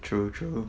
true true